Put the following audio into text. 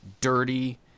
dirty